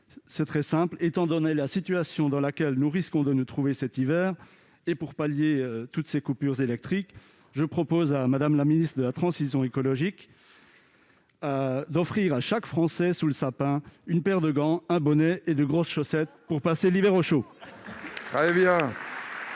C'est donc très simple : étant donné la situation dans laquelle nous risquons de nous trouver cet hiver et pour pallier toutes ces coupures électriques, je propose à Mme la ministre de la transition écologique d'offrir à chaque Français, sous le sapin, une paire de gants, un bonnet et de grosses chaussettes pour passer l'hiver au chaud